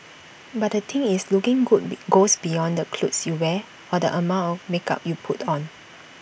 but the thing is looking good be goes beyond the clothes you wear or the amount of makeup you put on